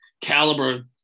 caliber –